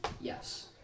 Yes